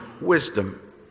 wisdom